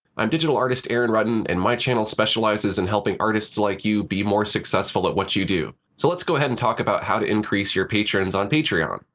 i'm digital artist aaron rutten, and my channel specializes in helping artists like you be more successful at what you do. so let's go ahead and talk about how to increase your patrons on patreon.